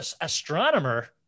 astronomer